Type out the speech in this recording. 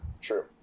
True